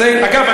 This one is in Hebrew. אגב,